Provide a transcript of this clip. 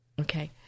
okay